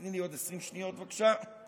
תני לי עוד 20 שניות, בבקשה.